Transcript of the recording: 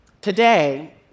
Today